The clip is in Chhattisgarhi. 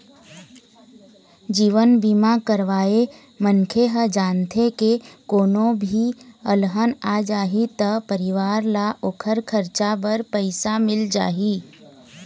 जीवन बीमा करवाए मनखे ह जानथे के कोनो भी अलहन आ जाही त परिवार ल ओखर खरचा बर पइसा मिल जाही